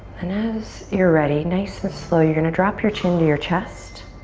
and as you're ready, nice and slow, you're gonna drop your chin to your chest.